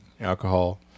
alcohol